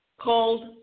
called